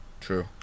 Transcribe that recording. true